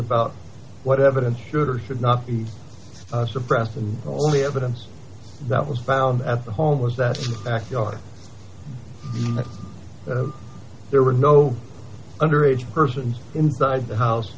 about what evidence should or should not be suppressed and the only evidence that was found at the home was that backyard there were no underage persons inside the house